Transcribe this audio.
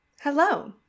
Hello